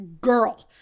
girl